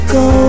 go